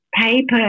paper